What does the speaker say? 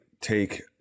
take